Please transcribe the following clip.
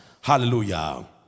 Hallelujah